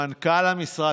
למנכ"ל המשרד,